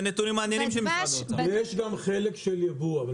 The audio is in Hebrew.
חלק של ייבוא.